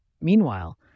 Meanwhile